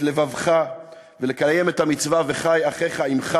לבבך ולקיים את המצווה: "וחי אחיך עמך"